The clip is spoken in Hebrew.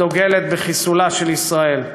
הדוגלת בחיסולה של ישראל.